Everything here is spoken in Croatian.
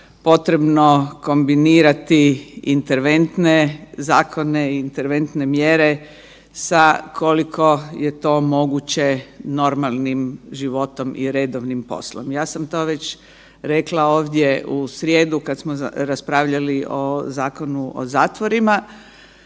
potrebno kombinirati interventne zakone, interventne mjere sa koliko je to moguće normalnim životom i redovnim poslom. Ja sam to već rekla ovdje u srijedu kada smo raspravljali o Zakonu o zatvorima.